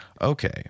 okay